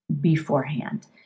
beforehand